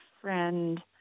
friend